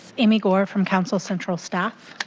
amy gore from council central staff,